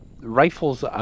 Rifles